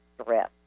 stress